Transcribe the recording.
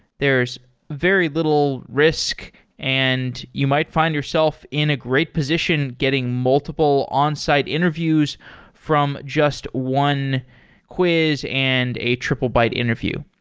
there's very little risk and you might find yourself in a great position getting multiple onsite interviews from just one quiz and a triplebyte interview.